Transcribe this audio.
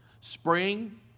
spring